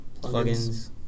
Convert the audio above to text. Plugins